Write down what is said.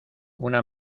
una